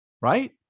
Right